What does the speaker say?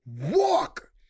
walk